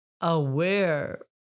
aware